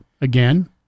again